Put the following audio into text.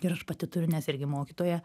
ir aš pati turiu nes irgi mokytoja